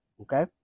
okay